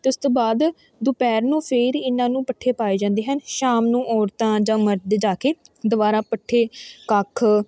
ਅਤੇ ਉਸ ਤੋਂ ਬਾਅਦ ਦੁਪਹਿਰ ਨੂੰ ਫਿਰ ਇਹਨਾਂ ਨੂੰ ਪੱਠੇ ਪਾਏ ਜਾਂਦੇ ਹਨ ਸ਼ਾਮ ਨੂੰ ਔਰਤਾਂ ਜਾਂ ਮਰਦ ਜਾ ਕੇ ਦੁਬਾਰਾ ਪੱਠੇ ਕੱਖ